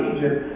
Egypt